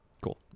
Cool